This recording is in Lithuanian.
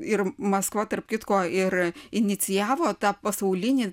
ir maskva tarp kitko ir inicijavo tą pasaulinį